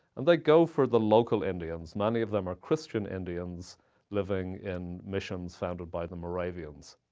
and they go for the local indians. many of them are christian indians living in missions founded by the moravians.